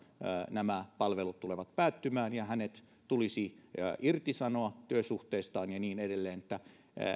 nämä palvelut tulevat päättymään ja hänet tulisi irtisanoa työsuhteestaan ja niin edelleen